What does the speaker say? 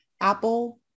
Apple